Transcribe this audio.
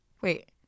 wait